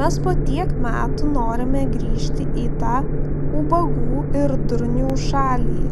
mes po tiek metų norime grįžti į tą ubagų ir durnių šalį